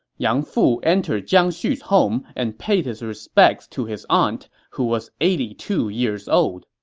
yang fu entered jiang xu's home and paid his respects to his aunt, who was eighty two years old.